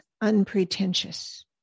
unpretentious